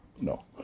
no